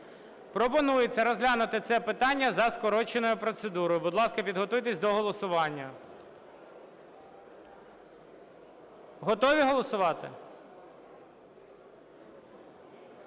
Пропонується розглянути це питання за скороченою процедурою. Будь ласка, підготуйтесь до голосування. Готові голосувати?